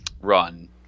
run